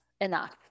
enough